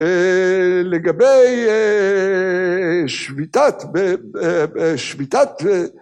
‫לגבי שביתת ב... שביתת...